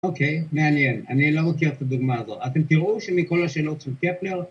אוקיי, מעניין, אני לא מכיר את הדוגמה הזאת, אתם תראו שמכל השאלות של קפנר